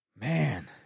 man